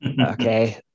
Okay